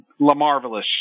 LaMarvelous